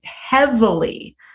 heavily